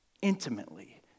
Intimately